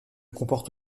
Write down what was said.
comporte